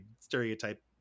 stereotype